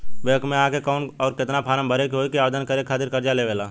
Bank मे आ के कौन और केतना फारम भरे के होयी आवेदन करे के खातिर कर्जा लेवे ला?